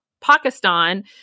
Pakistan